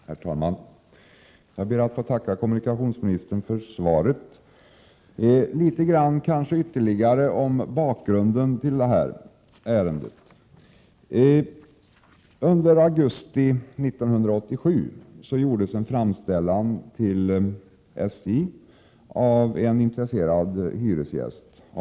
Herr talman! Jag ber att få tacka kommunikationsministern för svaret. Jag skall säga något ytterligare om bakgrunden till detta ärende. I augusti 1987 gjordes en framställan till SJ om stationshuset av en intresserad hyresgäst."